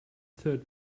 third